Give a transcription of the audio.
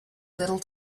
little